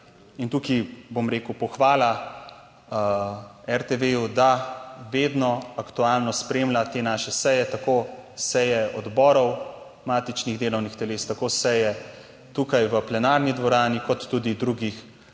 tukaj bom rekel pohvala RTV, da vedno aktualno spremlja te naše seje, tako seje odborov matičnih delovnih teles, tako seje tukaj v plenarni dvorani kot tudi drugih